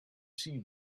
sea